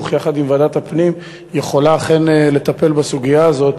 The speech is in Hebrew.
וועדת הפנים יכולה אכן לטפל בסוגיה הזאת.